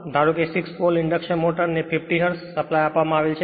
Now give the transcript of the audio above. ધારો કે 6 pole induction motor ને 50 હર્ટ્ઝ સપ્લાય આપવામાં આવેલ છે